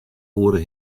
oere